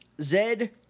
Zed